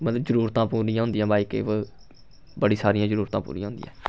मतलब जरूरतां पूरियां होंदियां बाइकें उप्पर बड़ी सारियां जरूरतां पूरियां होंदियां